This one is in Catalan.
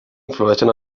influeixen